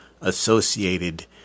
associated